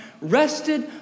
rested